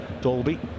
Dolby